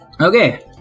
Okay